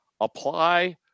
apply